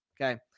okay